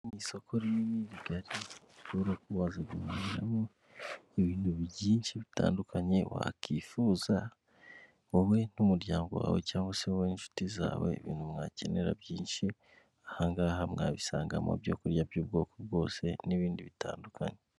Isoko rinini rigari, ushobora kuba waza guhahiramo ibintu byinshi bitandukanye wakwifuza, wowe n'umuryango wawe cyangwa se wowe n'inshuti zawe ibintu mwakenera byinshi, aha ngaha mwabisangamo ibyo kurya by'ubwoko bwose n'ibindi bitandukanye.